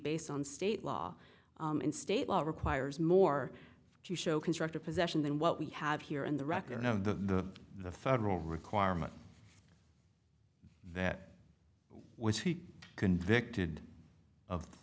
based on state law and state law requires more to show constructive possession than what we have here in the record of the the federal requirement that was he convicted of